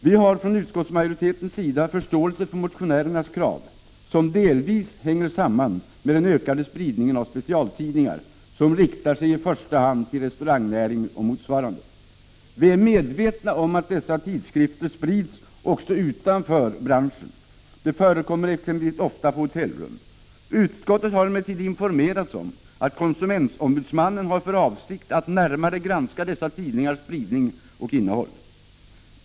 Vi har från utskottsmajoritetens sida förståelse för motionärernas krav, som delvis hänger samman med den ökade spridningen av specialtidningar, som i första hand riktar sig till restaurangnäringen och motsvarande. Vi är medvetna om att dessa tidskrifter sprids också utanför branschen. De förekommer exempelvis ofta på hotellrum. Utskottet har emellertid informerats om att konsumentombudsmannen har för avsikt att närmare granska dessa tidningars spridning och innehåll.